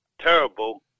terrible